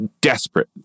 desperate